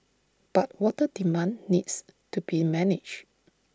but water demand needs to be managed